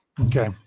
Okay